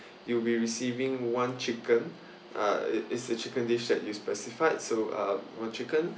you'll be receiving one chicken uh is the chicken dish that you specified so uh one chicken